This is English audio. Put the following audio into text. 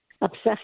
obsessed